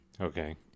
okay